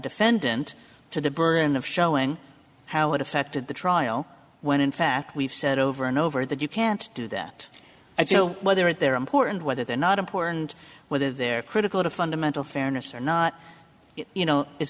defendant to the burden of showing how it affected the trial when in fact we've said over and over that you can't do that and so whether they're important whether they're not important whether they're critical to fundamental fairness or not you know is